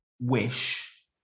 wish